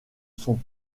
sont